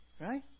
Right